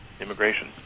immigration